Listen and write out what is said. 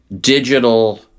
digital